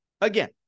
Again